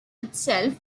itself